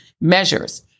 measures